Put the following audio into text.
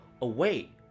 away